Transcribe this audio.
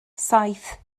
saith